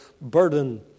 burden